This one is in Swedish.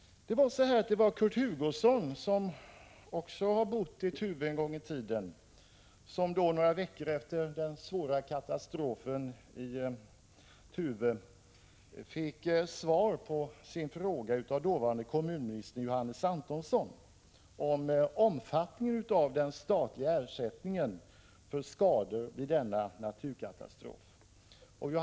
Kurt Hugosson, som en gång i tiden också bodde i Tuve, fick några veckor efter den svåra katastrofen i Tuve av dåvarande kommunministern Johannes Antonsson i riksdagen svar på en fråga om omfattningen av den statliga ersättningen för skador vid denna naturkatastrof. Johannes Antonsson var — Prot.